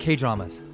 K-dramas